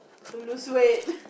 to lose weight